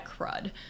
crud